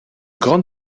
grande